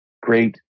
great